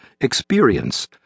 experience